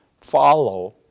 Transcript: follow